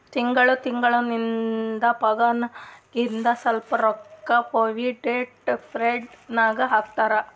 ತಿಂಗಳಾ ತಿಂಗಳಾ ನಿಂದ್ ಪಗಾರ್ನಾಗಿಂದ್ ಸ್ವಲ್ಪ ರೊಕ್ಕಾ ಪ್ರೊವಿಡೆಂಟ್ ಫಂಡ್ ನಾಗ್ ಹಾಕ್ತಾರ್